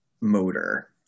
motor